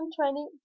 twenty